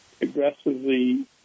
aggressively